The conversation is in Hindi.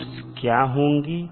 रूट्स क्या होंगे